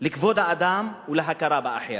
של כבוד האדם וההכרה באחר.